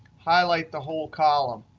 highlight the whole column,